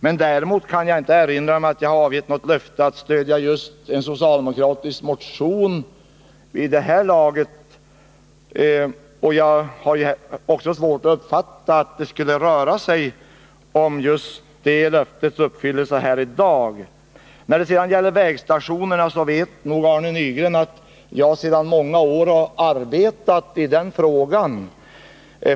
Men däremot kan jag inte erinra mig att jag skulle ha avgivit något löfte att stödja en socialdemokratisk motion i det här sammanhanget, och jag har också svårt att uppfatta att det här i dag skulle vara fråga om att uppfylla ett sådant löfte. När det sedan gäller vägstationerna vet nog Arne Nygren att jag sedan många år har arbetat i sådana frågor.